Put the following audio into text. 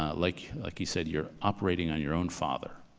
ah like like he said, you're operating on your own father.